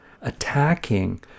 Attacking